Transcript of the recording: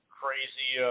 crazy –